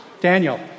Daniel